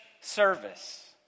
service